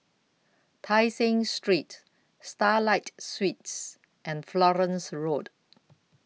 Tai Seng Street Starlight Suites and Florence Road